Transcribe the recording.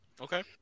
Okay